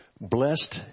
Blessed